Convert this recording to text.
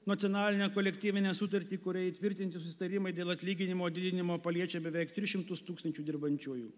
nacionalinę kolektyvinę sutartį kuria įtvirtinti susitarimai dėl atlyginimo didinimo paliečia beveik tris šimtus tūkstančių dirbančiųjų